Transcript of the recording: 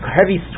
heavy